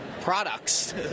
products